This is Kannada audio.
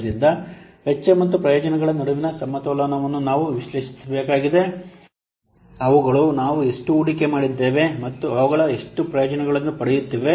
ಆದ್ದರಿಂದ ವೆಚ್ಚ ಮತ್ತು ಪ್ರಯೋಜನಗಳ ನಡುವಿನ ಸಮತೋಲನವನ್ನು ನಾವು ವಿಶ್ಲೇಷಿಸಬೇಕಾಗಿದೆ ಅವುಗಳು ನಾವು ಎಷ್ಟು ಹೂಡಿಕೆ ಮಾಡಿದ್ದೇವೆ ಮತ್ತು ಅವುಗಳು ಎಷ್ಟು ಪ್ರಯೋಜನಗಳನ್ನು ಪಡೆಯುತ್ತಿವೆ